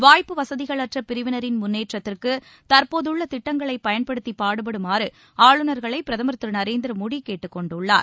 வாய்ப்பு வசதிகளற்ற பிரிவினரின் முன்னேற்றத்திற்கு தற்போதுள்ள திட்டங்களைப் பயன்படுத்தி பாடுபடுமாறு ஆளுநர்களை பிரதமர் திரு நரேந்திர மோடி கேட்டுக் கொண்டுள்ளார்